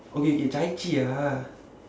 okay okay chai chee ah